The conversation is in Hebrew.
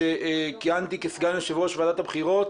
כשכיהנתי כסגן יושב ראש ועדת הבחירות